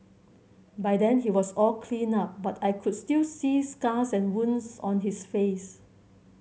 by then he was all cleaned up but I could still see scars and wounds on his face